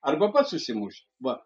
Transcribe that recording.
arba pats užsimuši va